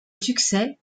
succès